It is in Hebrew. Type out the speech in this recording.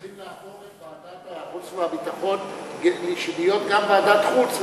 צריכים להפוך את ועדת החוץ והביטחון להיות גם ועדת חוץ,